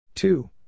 Two